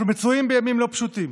אנחנו מצויים בימים לא פשוטים.